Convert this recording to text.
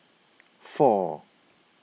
four